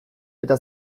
eta